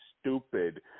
stupid